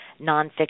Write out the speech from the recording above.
nonfiction